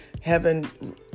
heaven